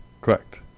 Correct